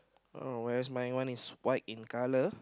oh whereas my one is white in color